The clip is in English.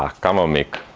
ah c'mon miikka!